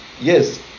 yes